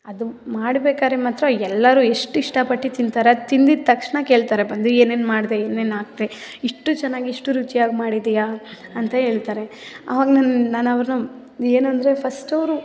ಅದು ಮಾಡ್ಬೇಕಾದ್ರೆ ಮಾತ್ರ ಎಲ್ಲರು ಎಷ್ಟು ಇಷ್ಟಪಟ್ಟು ತಿಂತಾರೆ ತಿಂದಿದ್ದ ತಕ್ಷಣ ಕೇಳ್ತಾರೆ ಬಂದು ಏನೇನು ಮಾಡಿದೆ ಏನೇನು ಹಾಕ್ದೆ ಇಷ್ಟು ಚೆನ್ನಾಗಿ ಇಷ್ಟು ರುಚಿಯಾಗಿ ಮಾಡಿದ್ದೀಯಾ ಅಂತ ಹೇಳ್ತಾರೆ ಆವಾಗ ನನ್ನ ನಾನು ಅವರನ್ನ ಏನು ಅಂದರೆ ಫಸ್ಟ್ ಅವರು